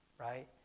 right